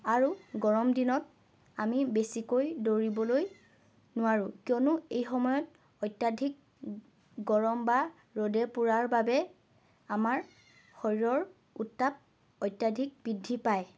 আৰু গৰম দিনত আমি বেছিকৈ দৌৰিবলৈ নোৱাৰোঁ কিয়নো এই সময়ত অত্যাধিক গৰম বা ৰ'দে পোৰাৰ বাবে আমাৰ শৰীৰৰ উত্তাপ অত্যাধিক বৃদ্ধি পায়